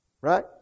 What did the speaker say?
right